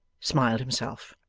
smiled himself.